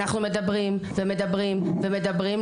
אנחנו מדברים ומדברים ומדברים,